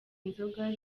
inzoga